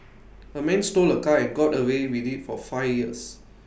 A man stole A car and got away with IT for five years